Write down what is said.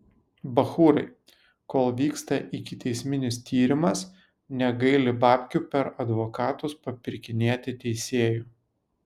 bachūrai kol vyksta ikiteisminis tyrimas negaili babkių per advokatus papirkinėti teisėjų